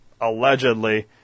allegedly